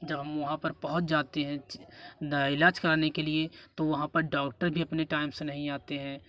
जब हम वहाँ पर पहुँच जाते हैं ना इलाज कराने के लिए तो वहाँ पर डॉक्टर भी अपने टाइम से नहीं आते हैं